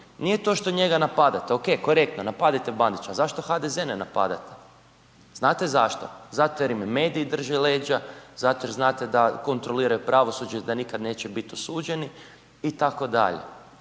nije to što njega napadate, ok, korektno, napadajte Bandića, a zašto HDZ ne napadate? Znate zašto? Zato jer im mediji drže leđa zato jer znate da kontroliraju pravosuđe i da nikad neće biti osuđeni itd.